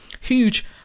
huge